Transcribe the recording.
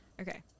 Okay